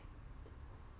that is like